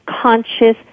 conscious